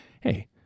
hey